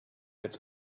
his